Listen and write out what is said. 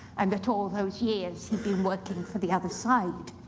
and that all those years he'd been working for the other side.